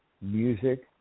music